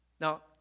Now